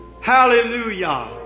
Hallelujah